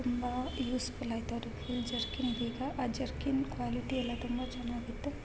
ತುಂಬಾ ಯೂಸ್ಫುಲ್ ಆಯಿತು ಅದ್ರ ಫುಲ್ ಜರ್ಕಿನಿದ್ದು ಈಗ ಆ ಜರ್ಕಿನ್ ಕ್ವಾಲಿಟಿ ಎಲ್ಲ ತುಂಬಾ ಚೆನ್ನಾಗಿತು